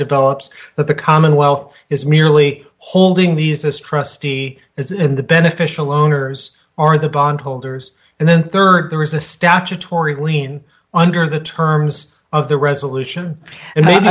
develops that the commonwealth is merely holding these as trustee as in the beneficial owners are the bond holders and then rd there is a statutory lien under the terms of the resolution and then